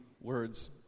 words